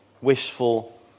wishful